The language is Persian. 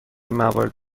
موارد